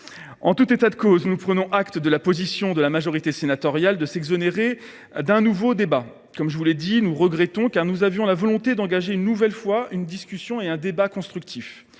En tout état de cause, nous prenons acte de la position de la majorité sénatoriale de s’exonérer d’un nouveau débat. Comme je l’ai indiqué, nous le regrettons, car nous avions la volonté d’engager une nouvelle fois une discussion et un débat constructifs.